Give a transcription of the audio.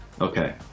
Okay